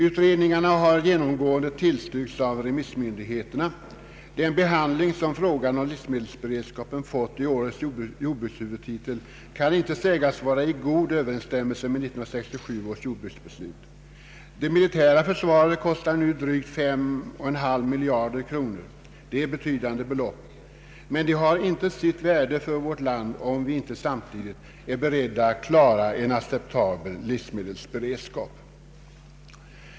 Utredningarna har genomgående tillstyrkts av remissmyndigheterna. Den behandling som frågan om livsmedelsberedskapen fått i årets jordbrukshuvudtitel kan inte sägas vara i god överensstämmelse med 1967 års jordbruksbeslut. Det militära försvaret kostar nu drygt 5,5 miljarder kronor. Det är betydande belopp. Men de har inte sitt värde för vårt land, om vi inte samtidigt är beredda att klara en acceptabel livsmedelsberedskap.